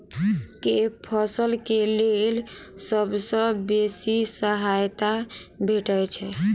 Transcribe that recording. केँ फसल केँ लेल सबसँ बेसी सहायता भेटय छै?